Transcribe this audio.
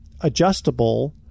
adjustable